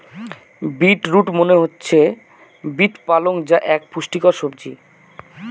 bit root মনে হচ্ছে beet পালং যা এক পুষ্টিকর সবজি